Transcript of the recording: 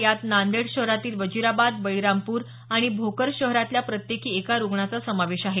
यात नांदेड शहरातील वजीराबाद बळीरामपूर अणि भोकर शहरातल्या प्रत्येकी एका रुग्णाचा समावेश आहे